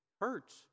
Hurts